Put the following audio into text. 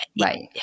right